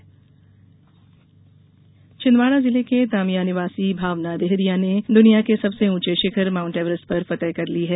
Everest फतह छिंदवाड़ा जिले के तामिया निवासी भावना डेहरिया ने दुनिया के सबसे उंचे शिखर माउंट एवरेस्ट पर फतह कर ली है